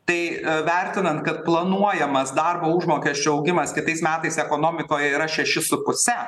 tai vertinant kad planuojamas darbo užmokesčio augimas kitais metais ekonomikoje yra šeši su puse